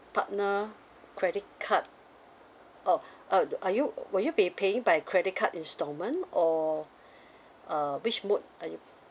partnered credit card oh uh are you will you be paying by credit card installment or uh which mode are you